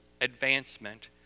advancement